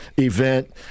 event